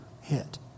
hit